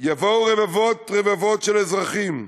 יבואו רבבות רבבות של אזרחים,